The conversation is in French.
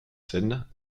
scènes